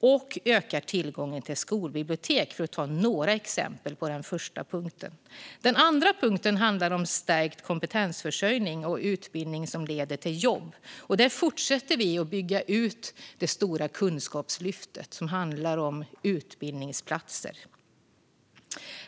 och vi ökar tillgången till skolbibliotek. Detta var några exempel från det första området. Det andra området handlar om stärkt kompetensförsörjning och utbildning som leder till jobb. Där fortsätter vi att bygga ut det stora Kunskapslyftet, som handlar om utbildningsplatser.